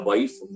Wife